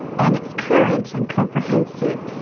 and it's current and comprehensive.